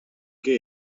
què